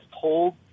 told